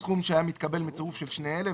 הסכום שהיה מתקבל מצירוף של שני אלה,